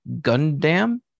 Gundam